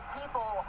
people